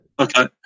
Okay